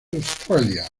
australia